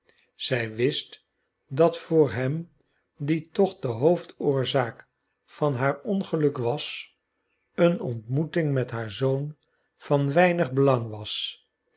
zij wist dat voor hem die toch de hoofdoorzaak van haar ongeluk was een ontmoeting met haar zoon van weinig belang was